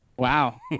Wow